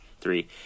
Three